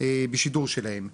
בשידור שלהם,